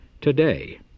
today